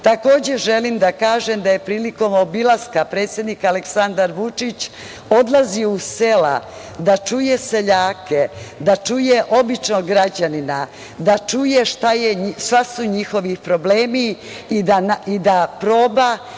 želim da kažem da je prilikom obilaska predsednik Aleksandar Vučić odlazio u sela da čuje seljake, da čuje običnog građanina, da čuje šta su njihovi problemi i da nađe